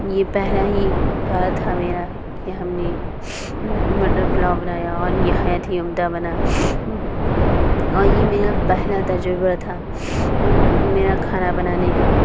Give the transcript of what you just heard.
یہ پہلا ہی بار تھا میرا کہ ہم نے مٹر پلاؤ بنایا اور نہایت ہی عمدہ بنا اور یہ میرا پہلا تجربہ تھا میرا کھانا بنانے کا